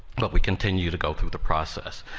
but we continue to go through the process.